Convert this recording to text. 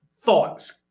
thoughts